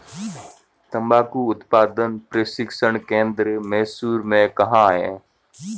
तंबाकू उत्पादन प्रशिक्षण केंद्र मैसूर में कहाँ है?